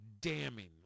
damning